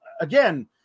again